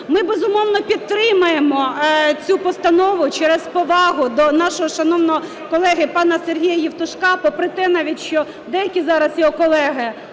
Ми, безумовно, підтримаємо цю постанову через повагу до нашого шановного колеги пана Сергія Євтушка, попри те навіть, що деякі зараз його колеги